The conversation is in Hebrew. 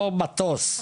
לא מטוס,